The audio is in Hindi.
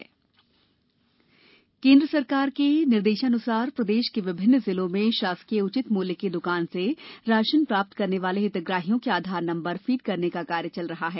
आधार नम्बर नीमच केन्द्र सरकार के निर्देशानुसार प्रदेश के विभिन्न जिलों में शासकीय उचित मूल्य की दुकान से राशन प्राप्त करने वाले हितग्राहियों के आधार नम्बर फीड करने का कार्य चल रहा है